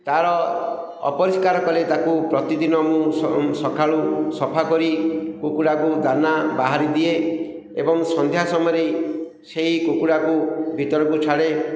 ତା'ର ଅପରିଷ୍କାର କଲେ ତାକୁ ପ୍ରତିଦିନ ମୁଁ ସକାଳୁ ସଫା କରି କୁକୁଡ଼ାକୁ ଦାନା ବାହାରେ ଦିଏ ଏବଂ ସନ୍ଧ୍ୟା ସମୟରେ ସେଇ କୁକୁଡ଼ାକୁ ଭିତରକୁ ଛାଡ଼େ